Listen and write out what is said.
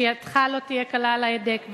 שידך לא תהיה קלה על ההדק,